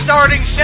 Starting